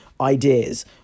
ideas